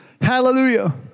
Hallelujah